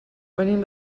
venim